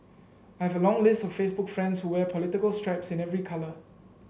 I have a long list of Facebook friends who wear political stripes in every colour